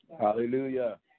Hallelujah